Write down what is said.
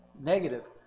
negative